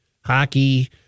Hockey